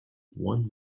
one